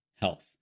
health